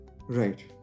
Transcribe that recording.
Right